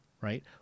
right